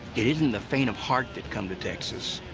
it isn't the faint of heart that come to texas.